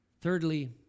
Thirdly